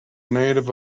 native